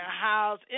house